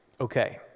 Okay